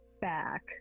back